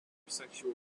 sexual